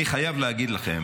אני חייב להגיד לכם